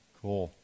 cool